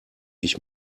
ich